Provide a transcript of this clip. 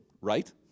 right